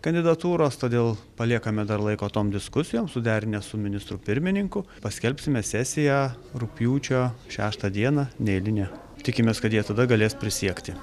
kandidatūros todėl paliekame dar laiko tom diskusijom suderinę su ministru pirmininku paskelbsime sesiją rugpjūčio šeštą dieną neeilinę tikimės kad jie tada galės prisiekti